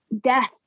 death